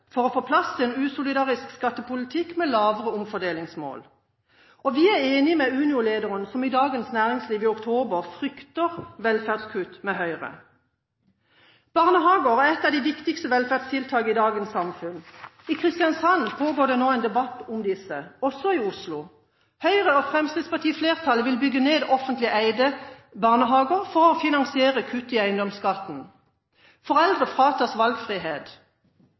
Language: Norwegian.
for å få plass til en usolidarisk skattepolitikk med lavere omfordelingsmål. Vi er enig med Unio-lederen, som i Dagens Næringsliv i oktober frykter velferdskutt med Høyre. Barnehager er et av de viktigste velferdstiltakene i dagens samfunn. I Kristiansand pågår det nå en debatt om disse, og også i Oslo. Høyre- og Fremskrittsparti-flertallet vil bygge ned offentlig eide barnehager for å finansiere kutt i eiendomsskatten. Foreldre fratas valgfrihet.